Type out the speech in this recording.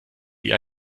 wie